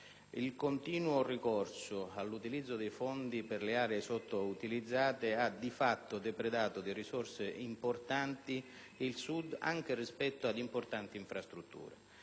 Il continuo ricorso all'utilizzo dei fondi per le aree sottoutilizzate ha di fatto depredato di risorse importanti il Sud, anche rispetto ad importanti infrastrutture.